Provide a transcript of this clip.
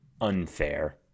unfair